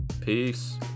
Peace